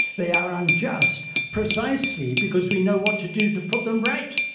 they are unjust precisely because we know what to do to put them right.